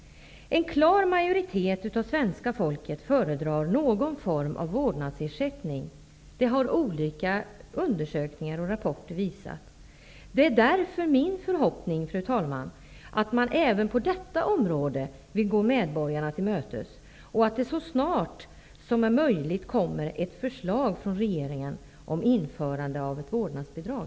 En klar majoritet av svenska folket föredrar någon form av vårdnadsersättning. Det har olika undersökningar och rapporter visat. Det är därför min förhoppning, fru talman, att man även på detta område vill gå medborgarna till mötes och att det så snart som möjligt kommer ett förslag från regeringen om införandet av ett vårdnadsbidrag.